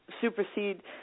supersede